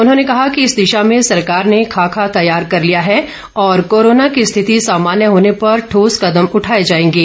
उन्होंने कहा कि इस दिशा में सरकार ने खाका तैयार कर लिया है और कोरोना की स्थिति सामान्य होने पर ठोस कदम उठाए जाएंगे